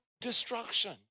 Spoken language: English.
destruction